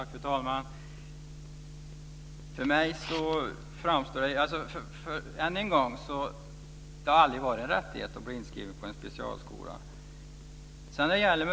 Fru talman! Jag vill än en gång säga att det aldrig har varit en rättighet att bli inskriven på en specialskola.